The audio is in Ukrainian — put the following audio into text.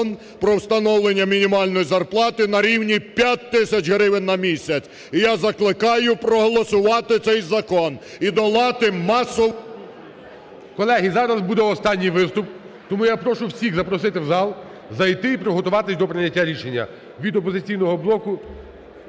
про встановлення мінімальної зарплати на рівні 5 тисяч гривень. І я закликаю проголосувати цей закон. І долати… ГОЛОВУЮЧИЙ. Колеги, зараз буде останній виступ. Тому я прошу всіх запросити в зал. Зайти і приготуватись до прийняття рішення. Від "Опозиційного блоку"